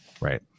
right